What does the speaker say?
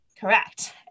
Correct